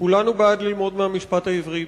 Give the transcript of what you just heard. כולנו בעד ללמוד מהמשפט העברי.